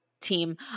team